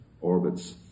orbits